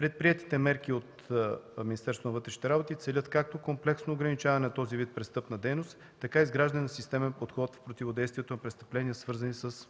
вътрешните работи целят както комплексно ограничаване на този вид престъпна дейност, така и изграждане на системен подход в противодействието на престъпления, свързани с